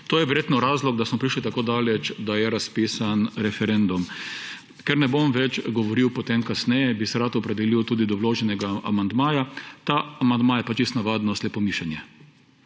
To je verjetno razlog, da smo prišli tako daleč, da je razpisan referendum. Ker ne bom več govoril potem kasneje, bi se rad opredelil tudi do vloženega amandmaja. Ta amandma je pa čisto navadno slepomišenje.